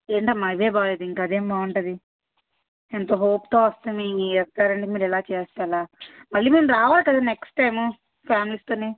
ఏంటమ్మా ఇదే బాగాలేదు ఇంక అదేం బాగుంటుంది ఎంత హోప్తో వస్తే మేము ఈ రెస్టారెంట్కి మీరు ఇలా చేస్తే ఎలా మళ్ళీ మేము రావాలి కదా నెక్స్ టైము ఫ్యామిలీస్ తోటి